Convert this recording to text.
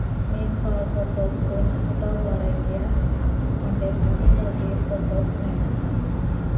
ᱢᱤᱫᱼᱵᱟᱨ ᱯᱚᱛᱚᱵ ᱠᱩᱧ ᱦᱟᱛᱟᱣ ᱵᱟᱲᱟᱭ ᱜᱮᱭᱟ ᱚᱸᱰᱮ ᱵᱷᱟᱹᱜᱤᱼᱵᱷᱟᱹᱜᱤ ᱯᱚᱛᱚᱵ ᱢᱮᱱᱟᱜᱼᱟ